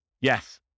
Yes